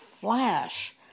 flash